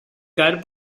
caer